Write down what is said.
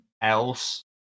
else